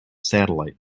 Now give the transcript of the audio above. satellite